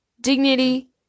dignity